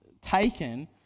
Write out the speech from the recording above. taken